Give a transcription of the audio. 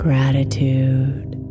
Gratitude